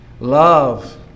love